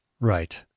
Right